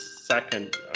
second